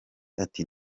ati